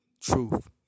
truth